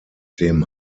dem